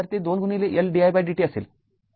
तर येथे ते v२didt हे दिले आहे